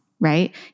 Right